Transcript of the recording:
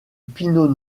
pinot